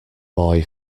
boy